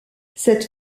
cette